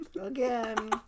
Again